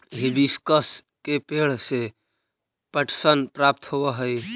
hibiscus के पेंड़ से पटसन प्राप्त होव हई